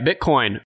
Bitcoin